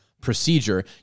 procedure